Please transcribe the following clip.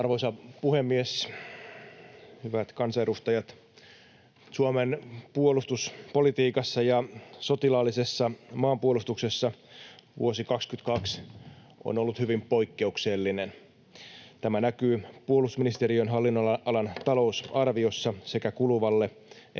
Arvoisa puhemies! Hyvät kansanedustajat! Suomen puolustuspolitiikassa ja sotilaallisessa maanpuolustuksessa vuosi 22 on ollut hyvin poikkeuksellinen. Tämä näkyy puolustusministeriön hallin-nonalan talousarviossa sekä kuluvalle